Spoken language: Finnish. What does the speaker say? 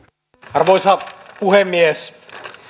arvoisa puhemies